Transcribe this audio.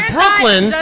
Brooklyn